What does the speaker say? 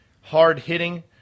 hard-hitting